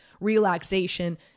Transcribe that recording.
relaxation